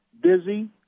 busy